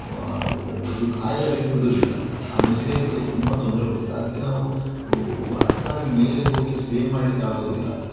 ಒಂದು ಕಾಯಿಯಾಗ್ಲಿಕ್ಕೆ ಬಿಡುವುದಿಲ್ಲ ಆ ನುಸಿ ರೋಗ ತುಂಬ ತೊಂದರೆ ಕೊಡ್ತದೆ ಅದಕ್ಕೆ ನಾವು ಅದಕ್ಕಾಗಿ ಮೇಲೆ ಹೋಗಿ ಸ್ಪ್ರೇ ಮಾಡಲಿಕ್ಕಾಗೋದಿಲ್ಲ